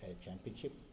championship